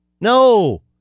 No